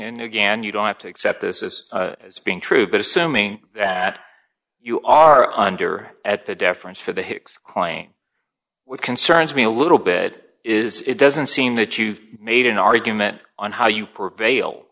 and again you don't have to accept this as is being true but assuming that you are under at the deference for the hicks claim what concerns me a little bit is it doesn't seem that you've made an argument on how you prevail